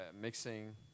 mixing